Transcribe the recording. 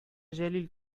җәлил